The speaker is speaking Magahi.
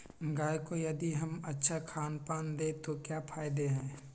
गाय को यदि हम अच्छा खानपान दें तो क्या फायदे हैं?